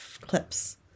clips